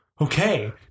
Okay